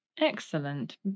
Excellent